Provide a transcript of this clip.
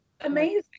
amazing